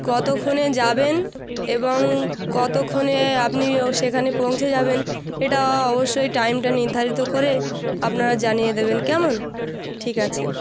কতক্ষণে যাবেন এবং কতক্ষণে আপনিও সেখানে পৌঁছে যাবেন এটা অবশ্যই টাইমটা নির্ধারিত করে আপনারা জানিয়ে দেবেন কেমন ঠিক আছে